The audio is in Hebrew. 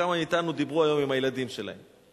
כמה מאתנו דיברו היום עם הילדים שלהם,